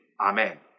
Amen